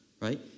right